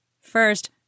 First